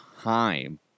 time